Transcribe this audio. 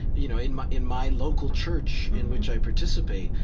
you know, in my in my local church in which i participate,